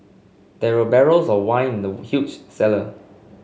there were barrels of wine in the huge cellar